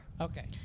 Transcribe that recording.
Okay